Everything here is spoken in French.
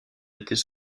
était